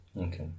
Okay